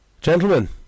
Gentlemen